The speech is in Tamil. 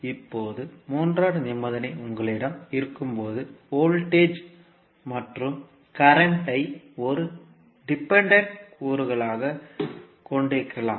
இப்போது மூன்றாவது நிபந்தனை உங்களிடம் இருக்கும்போது வோல்டேஜ் மற்றும் கரண்ட் ஐ ஒரு டிபெண்டன்ட் கூறுகளாகக் கொண்டிருக்கலாம்